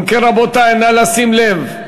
אם כן, רבותי, נא לשים לב,